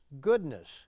goodness